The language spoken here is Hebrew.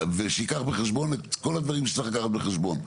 ושייקח בחשבון את כל הדברים שצריך לקחת בחשבון.